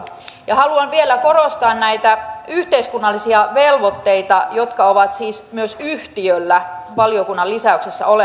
ja haluan vielä korostaa näitä yhteiskunnallisia velvoitteita jotka ovat siis myös yhtiöllä valiokunnan lisäyksessä olemassa